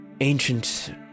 ancient